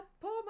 poor